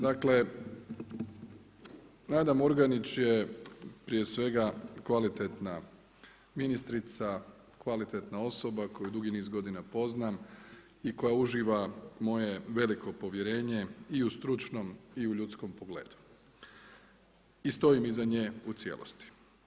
Dakle, Nada Murganić je prije svega kvalitetna ministrica, kvalitetna osoba koju dugi niz godina poznam i koja uživa moje veliko povjerenje i u stručnom i u ljudskom pogledu i stojim iza nje u cijelosti.